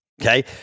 Okay